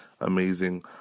amazing